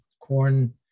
corn